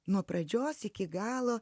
nuo pradžios iki galo